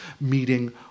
meeting